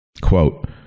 Quote